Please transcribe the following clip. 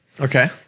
Okay